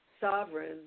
sovereign